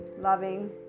loving